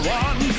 one